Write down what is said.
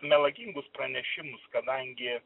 melagingus pranešimus kadangi